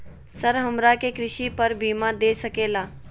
Sir हमरा के कृषि पर बीमा दे सके ला?